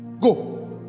go